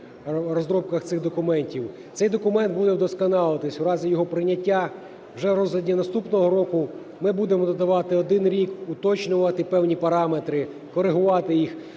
розробках цих документів. Цей документ буде удосконалюватися в разі його прийняття вже у розгляді наступного року. Ми будемо додавати один рік, уточнювати певні параметри, коригувати їх.